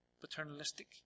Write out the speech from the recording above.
paternalistic